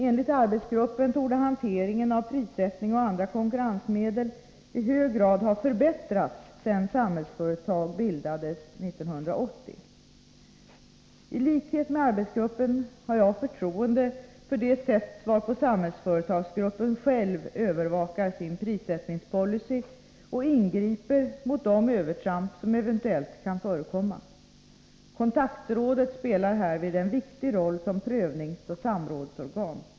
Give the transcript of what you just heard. Enligt arbetsgruppen torde hanteringen av prissättning och andra konkurrensmedel i hög grad ha förbättrats sedan I likhet med arbetsgruppen har jag förtroende för det sätt varpå Samhällsföretagsgruppen själv övervakar sin prissättningspolicy och ingriper mot de övertramp som eventuellt kan förekomma. Kontaktrådet spelar härvid en viktig roll som prövningsoch samrådsorgan.